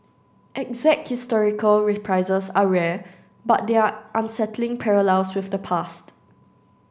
exact historical reprises are rare but there are unsettling parallels with the past